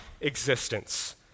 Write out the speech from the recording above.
existence